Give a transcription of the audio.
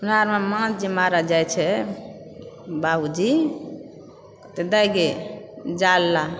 अरमे माछ जे मारलऽ जाइ छै बाबूजी तऽ दाय गे जाल ला